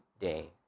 Day